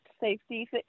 safety